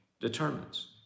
determines